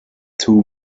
two